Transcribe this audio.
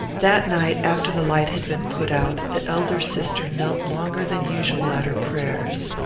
that night, after the light had been put out, the elder sister knelt longer than usual at her prayers.